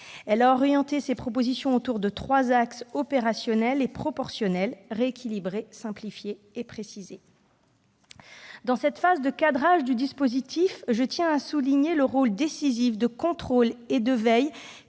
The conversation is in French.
Elle a orienté ses propositions autour de trois axes opérationnels et proportionnels : rééquilibrer, simplifier et préciser. Dans cette phase de cadrage du dispositif, je tiens à souligner le rôle décisif de contrôle et de veille